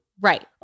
Right